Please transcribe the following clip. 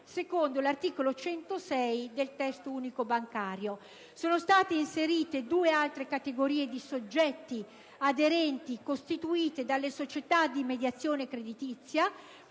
cui all'articolo 106 del testo unico bancario. Sono state inserite due altre categorie di soggetti aderenti costituite dalle società di mediazione creditizia,